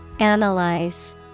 Analyze